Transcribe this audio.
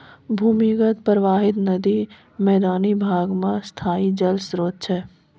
भूमीगत परबाहित नदी मैदानी भाग म स्थाई जल स्रोत छै